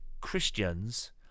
Christians